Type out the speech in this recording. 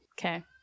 Okay